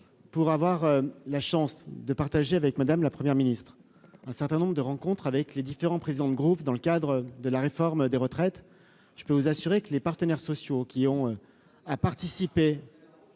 pour avoir la chance de partager avec Madame la première ministre un certain nombre de rencontres avec les différents présidents de groupe, dans le cadre de la réforme des retraites, je peux vous assurer que les partenaires sociaux qui ont a participé